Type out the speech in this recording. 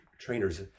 trainers